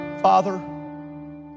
Father